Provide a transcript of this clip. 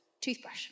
Toothbrush